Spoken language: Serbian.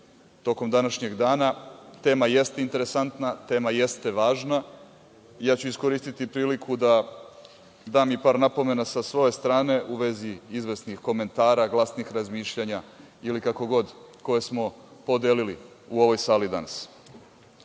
tokom današnjeg dana. Tema jeste interesantna, tema jeste važna. Ja ću iskoristiti priliku da dam i par napomena sa svoje strane u vezi izvesnih komentara, glasnih razmišljanja ili kako god, koje smo podelili u ovoj sali danas.